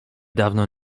dawno